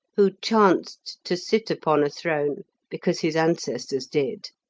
who chanced to sit upon a throne because his ancestors did,